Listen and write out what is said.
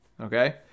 okay